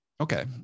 okay